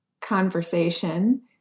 conversation